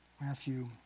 Matthew